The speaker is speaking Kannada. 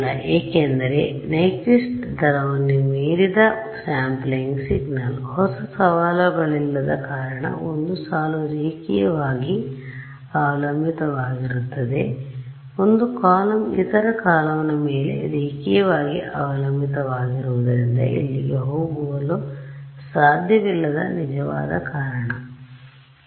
ಏಕೆಂದರೆ ಅದರ ನೈಕ್ವಿಸ್ಟ್ ದರವನ್ನು ಮೀರಿದ ಸ್ಯಾಂಪಲಿಂಗ್ ಸಿಗ್ನಲ್ ಹೊಸ ಸಾಲುಗಳಿಲ್ಲದ ಕಾರಣ ಒಂದು ಸಾಲು ರೇಖೀಯವಾಗಿ ಅವಲಂಬಿತವಾಗಿರುತ್ತದೆ ಒಂದು ಕಾಲಮ್ ಇತರ ಕಾಲಮ್ನ ಮೇಲೆ ರೇಖೀಯವಾಗಿ ಅವಲಂಬಿತವಾಗಿರುವುದರಿಂದ ಇಲ್ಲಿಗೆ ಹೋಗಲು ಸಾಧ್ಯವಿಲ್ಲದ ನಿಜವಾದ ಕಾರಣ ಇದು